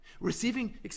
Receiving